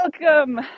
Welcome